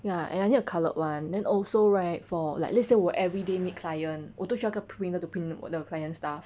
ya and I need a coloured one then also right for like let's say 我 everyday meet client 我都需要个 printer to print 我的 client stuff